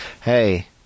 Hey